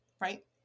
right